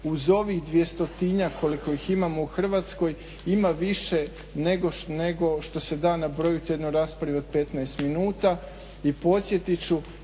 uz ovih 200-tinjak koliko ih imamo u Hrvatsko ima više nego što se da nabrojit u jednoj raspravi od 15 minuta.